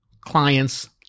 clients